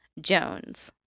Jones